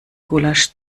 gulasch